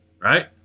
Right